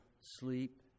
sleep